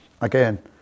again